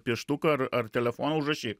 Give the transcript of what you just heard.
pieštuką ar ar telefoną užrašyt